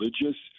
religious